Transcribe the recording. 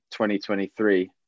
2023